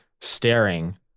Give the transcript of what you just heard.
staring